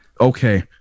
Okay